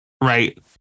Right